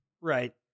Right